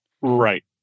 Right